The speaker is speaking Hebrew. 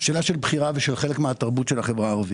הוא שאלה של בחירה וחלק מהתרבות של החברה הערבית.